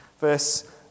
verse